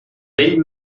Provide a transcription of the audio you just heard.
vell